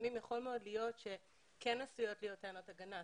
לפעמים יכול מאוד להיות שכן עשויות להיות טענות הגנה.